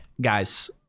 guys